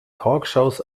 talkshows